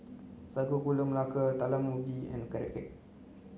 sago gula melaka talam ubi and carrot cake